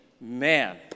man